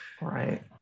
right